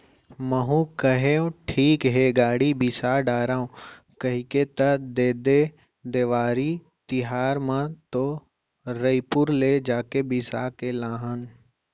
महूँ कहेव ठीक हे गाड़ी बिसा डारव कहिके त ऐदे देवारी तिहर म तो रइपुर ले जाके बिसा के लाने हन